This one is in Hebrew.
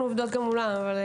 אנחנו עובדות גם מולם.